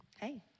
Hey